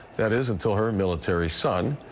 that is until her military son,